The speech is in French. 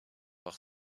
par